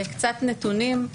קצת נתונים.